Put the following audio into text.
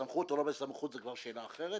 - בסמכות או לא בסמכות זו שאלה אחרת